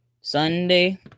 Sunday